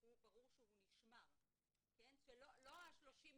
זה אגף הפיקוח או מי שהוא יסמיך אותו ולא לכל מנהל